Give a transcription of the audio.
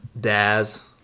Daz